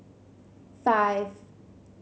five